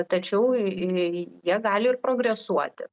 tačiau ii jie gali ir progresuoti